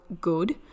good